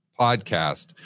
podcast